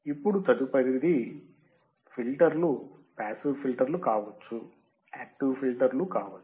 ఇప్పుడు తదుపరిది ఫిల్టర్లు పాసివ్ ఫిల్టర్లు కావచ్చు యాక్టివ్ ఫిల్టర్లు కావచ్చు